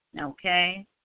Okay